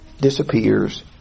disappears